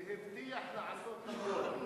והבטיח לעשות הכול.